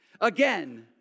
again